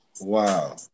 Wow